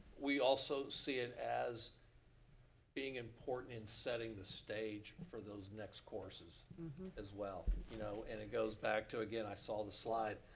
we also see it as being important in setting the stage for those next courses as well. you know and it goes back to, again, i saw the slide.